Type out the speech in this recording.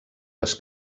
les